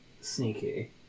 sneaky